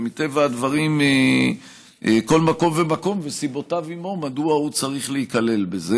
ומטבע הדברים כל מקום ומקום וסיבותיו עימו מדוע הוא צריך להיכלל בזה,